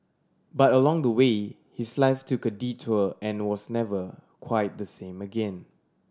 but along the way his life took a detour and was never quite the same again